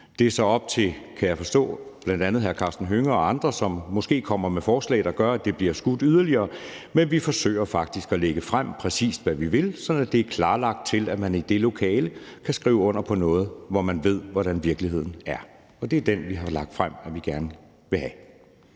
Det er så op til, kan jeg forstå, bl.a. hr. Karsten Hønge og andre, som måske kommer med forslag, der gør, at det bliver skudt yderligere, men vi forsøger faktisk at lægge det frem, altså præcis hvad vi vil, sådan at det er klarlagt til, at man i det lokale kan skrive under på noget, hvor man ved, hvordan virkeligheden er. Og det er det, vi har lagt frem at vi gerne vil have.